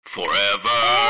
forever